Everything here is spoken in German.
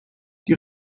die